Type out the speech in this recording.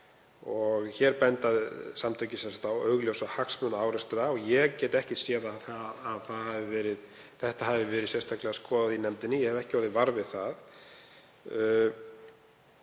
Hér benda samtökin á augljósa hagsmunaárekstra og ég get ekki séð að þetta hafi verið sérstaklega skoðað í nefndinni, ég hef ekki orðið var við það.